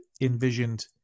envisioned